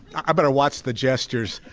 i better watch the gestures